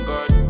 God